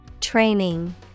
Training